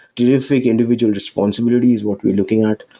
terrific individual responsibility is what we're looking at.